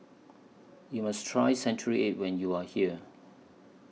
YOU must Try Century Egg when YOU Are here